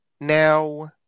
Now